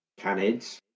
canids